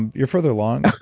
and you're further along.